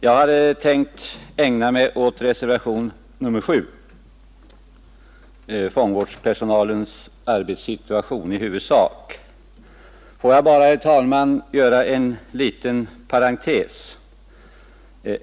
Jag hade tänkt ägna mig i huvudsak åt reservationen 7, som handlar om fångvårdspersonalens arbetssituation. Låt mig bara, herr talman, göra en liten parentes.